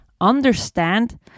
understand